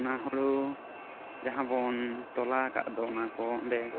ᱚᱱᱟ ᱦᱩᱲᱩ ᱡᱟᱦᱟᱸ ᱵᱚᱱ ᱛᱚᱞᱟ ᱟᱠᱟᱰ ᱫᱚ ᱚᱱᱟᱠᱚ ᱚᱱᱰᱮ